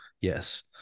Yes